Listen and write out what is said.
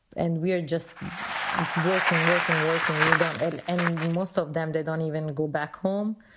and we are just working, working, working we don't. and and most of them, they don't even go back home.